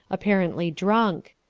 apparentiy drunk.